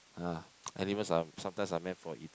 ah animals are sometimes are meant for eat